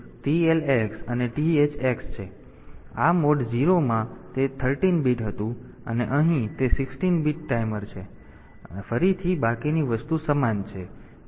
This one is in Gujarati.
તેથી આ મોડ 0 માં છે તે 13 બીટ હતું અને અહીં તે 16 બીટ ટાઈમર છે અને ફરીથી બાકીની વસ્તુ સમાન છે